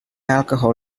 alcohol